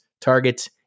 targets